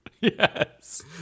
yes